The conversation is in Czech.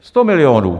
Sto milionů.